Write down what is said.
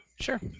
Sure